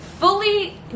fully